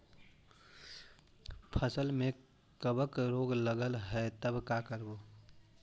फसल में कबक रोग लगल है तब का करबै